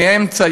מהאמצע,